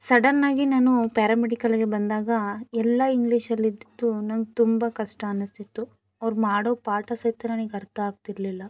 ಸಡನ್ನಾಗಿ ನಾನು ಪ್ಯಾರಾಮೆಡಿಕಲಿಗೆ ಬಂದಾಗ ಎಲ್ಲ ಇಂಗ್ಲಿಷಲ್ಲಿ ಇದ್ದಿದ್ದು ನಂಗೆ ತುಂಬ ಕಷ್ಟ ಅನಿಸ್ತಿತ್ತು ಅವ್ರು ಮಾಡೋ ಪಾಠ ಸಹಿತ ನನಿಗೆ ಅರ್ಥ ಆಗ್ತಿರಲಿಲ್ಲ